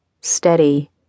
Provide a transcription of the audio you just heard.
steady